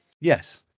Yes